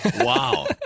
Wow